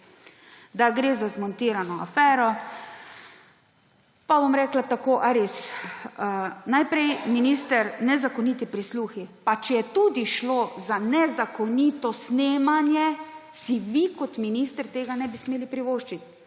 da gre za zmontirano afero. Pa bom rekla tako – a res? Najprej minister, nezakoniti prisluhi, pa če je tudi šlo za nezakonito snemanje, si vi kot minister tega ne bi smeli privoščiti,